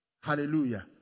Hallelujah